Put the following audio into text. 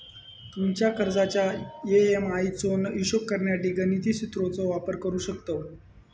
तुमच्या कर्जाच्या ए.एम.आय चो हिशोब करण्यासाठी गणिती सुत्राचो वापर करू शकतव